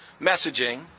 messaging